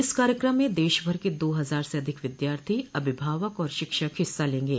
इस कार्यक्रम में देशभर के दो हजार से अधिक विद्यार्थी अभिभावक और शिक्षक हिस्सा लेंगे